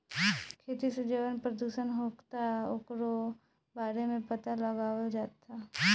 खेती से जवन प्रदूषण होखता ओकरो बारे में पाता लगावल जाता